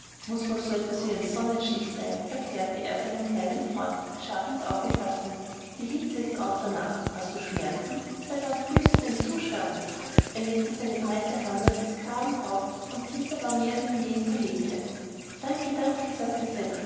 muß wohl so was wie ein sonnenstich sein erklärte er seinen kleinen freund scharf ins auge fassend die hitze ist auch danach hast du schmerzen seit wann fühlst du den zustand er legte seine breite hand auf des knaben haupt und dieser war mehr denn je in verlegenheit danke danke sagte